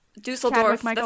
Dusseldorf